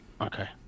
Okay